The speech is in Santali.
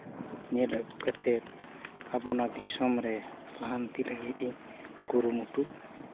ᱧᱮᱞ ᱟᱹᱜᱩ ᱠᱟᱛᱮ ᱟᱵᱚ ᱱᱚᱣᱟ ᱫᱤᱥᱚᱢ ᱨᱮ ᱞᱟᱦᱟᱱᱛᱤ ᱞᱟᱹᱜᱤᱫ ᱤᱧ ᱠᱩᱨᱩᱢᱩᱴᱩ